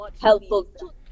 helpful